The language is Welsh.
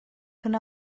hwnna